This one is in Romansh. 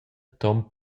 ton